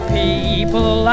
people